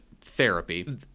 therapy